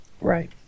Right